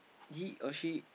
he or she